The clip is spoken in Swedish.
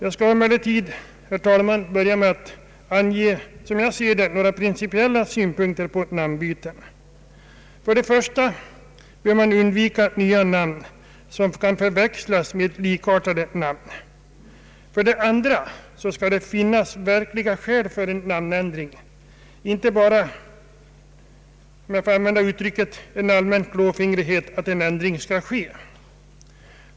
Jag skall emellertid börja med att anföra några principiella synpunkter på ett namnbyte. För det första bör man undvika nya namn, som kan förväxlas med likartade namn. För det andra skall det finnas verkli ga skäl för en namnändring, inte bara — om jag får använda uttrycket — en allmän klåfingrighet och önskan att göra en ändring.